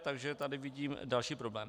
Takže tady vidím další problém.